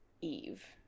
Eve